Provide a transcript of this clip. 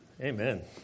Amen